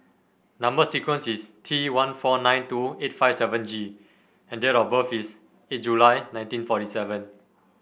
number sequence is T one four nine two eight five seven G and date of birth is eight July nineteen forty seven